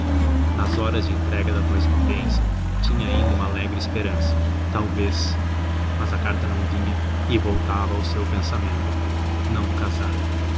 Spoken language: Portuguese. nas horas da entrega da correspondência tinha ainda uma alegre esperança talvez mas a carta não vinha e voltava ao seu pensamento não casar